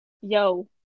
yo